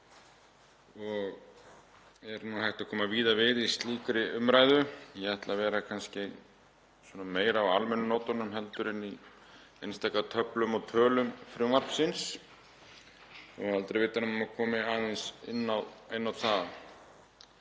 og er hægt að koma víða við í slíkri umræðu. Ég ætla að vera kannski meira á almennu nótunum heldur en í einstaka töflum og tölum frumvarpsins en aldrei að vita nema maður komi aðeins inn á það.